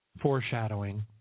foreshadowing